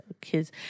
kids